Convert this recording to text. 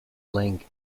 link